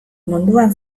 munduan